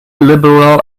liberal